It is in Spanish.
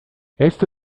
esto